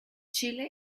chile